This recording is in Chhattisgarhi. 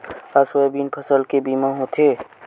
का सोयाबीन फसल के बीमा होथे?